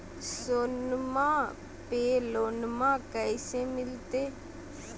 सोनमा पे लोनमा कैसे मिलते?